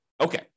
Okay